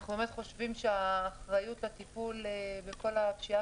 אנחנו באמת חושבים שהאחריות לטיפול בכל הפשיעה